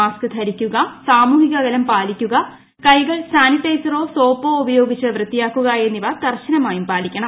mask ധരിക്കുക സാമൂഹിക അകലം പാലിക്കുക കൈകൾ സാനിറ്റൈസറോ സോപ്പോ ഉപയോഗിച്ച് വൃത്തിയാക്കുക എന്നിവ കർശനമായി പാലിക്കണം